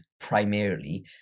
primarily